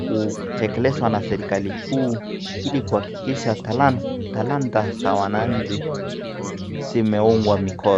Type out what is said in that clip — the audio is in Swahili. kutekelezwa na serikali kuu ili kuhakikisha talanta za wananchi zimefungwa mikono.